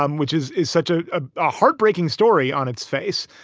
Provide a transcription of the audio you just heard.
um which is is such a ah ah heartbreaking story on its face.